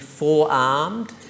forearmed